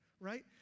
right